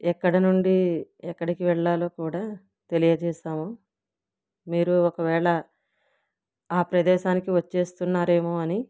ఎక్కడ నుండి ఎక్కడికి వెళ్లాలో కూడా తెలియజేశాము మీరు ఒకవేళ ఆ ప్రదేశానికి వచ్చేస్తున్నారేమో అని